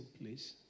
please